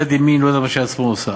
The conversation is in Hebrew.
יד ימין לא יודעת מה שיד שמאל עושה,